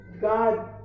God